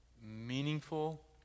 meaningful